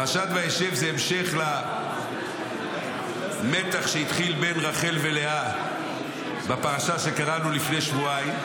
פרשת וישב זה המשך למתח שהתחיל בין רחל ולאה בפרשה שקראנו לפני שבועיים.